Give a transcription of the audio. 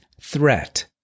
threat